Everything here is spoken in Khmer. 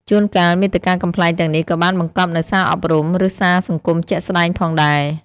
ជួនកាល មាតិកាកំប្លែងទាំងនេះក៏បានបង្កប់នូវសារអប់រំ ឬសារសង្គមជាក់ស្តែងផងដែរ។